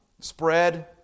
spread